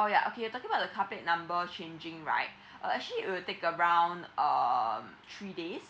oh ya okay talking about the car plate number changing right uh actually it will take around uh three days